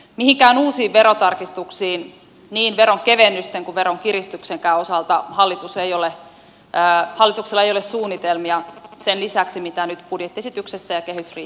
mihinkään uusiin verotarkistuksiin niin veronkevennysten kuin veronkiristystenkään osalta hallituksella ei ole suunnitelmia sen lisäksi mitä nyt budjettiesityksessä ja kehysriihessä on päätetty